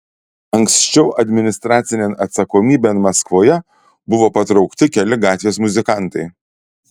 anksčiau administracinėn atsakomybėn maskvoje buvo patraukti keli gatvės muzikantai